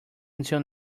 until